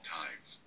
times